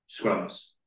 scrums